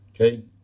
Okay